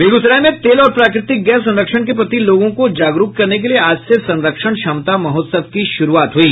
बेगूसराय में तेल और प्राकृतिक गैस संरक्षण के प्रति लोगों को जागरूक करने के लिये आज से संरक्षण क्षमता महोत्सव की शुरूआत हुई